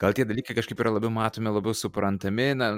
gal tie dalykai kažkaip yra labiau matomi labiau suprantami na